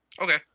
Okay